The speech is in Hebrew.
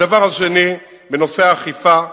הדבר השני, בנושא האכיפה: